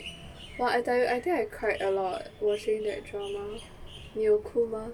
!wah! I tell you I think I cried a lot watching that drama 你有哭吗